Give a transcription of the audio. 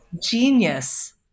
genius